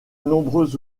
nombreux